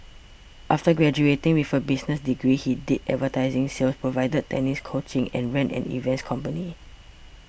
after graduating with a business degree he did advertising sales provided tennis coaching and ran an events company